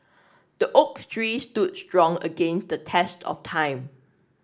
the oak tree stood strong against the test of time